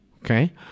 Okay